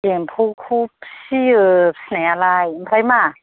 एम्फौखौ फिसियो फिसिनायालाय ओमफ्राय मा